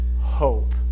hope